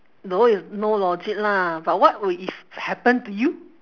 know is no logic lah but what will if happen to you